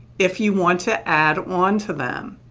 if you want to add on to them.